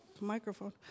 Microphone